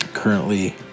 Currently